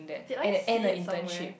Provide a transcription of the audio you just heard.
did I see it somewhere